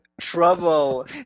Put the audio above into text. trouble